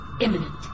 imminent